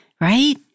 right